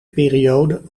periode